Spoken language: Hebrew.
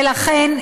ולכן,